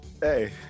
Hey